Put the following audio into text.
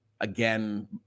again